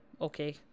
Okay